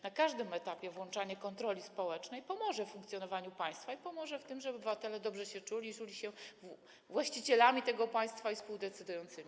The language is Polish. Na każdym etapie włączanie kontroli społecznej pomoże w funkcjonowaniu państwa i pomoże w tym, żeby obywatele dobrze się czuli, czuli się właścicielami tego państwa i współdecydującymi.